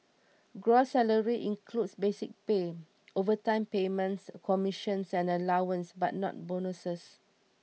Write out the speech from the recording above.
gross salary includes basic pay overtime payments commissions and allowances but not bonuses